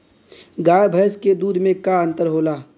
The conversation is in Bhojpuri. गाय भैंस के दूध में का अन्तर होला?